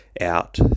out